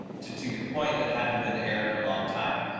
to, to your point that hadn't been aired in a long time.